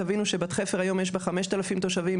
תבינו שבת חפר היום יש בה חמשת אלפים תושבים,